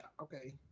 okay